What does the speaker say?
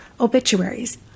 obituaries